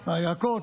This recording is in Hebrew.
הירקות,